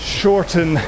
shorten